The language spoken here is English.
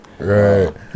Right